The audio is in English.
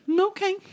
Okay